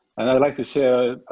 and i'd like to share,